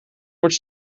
wordt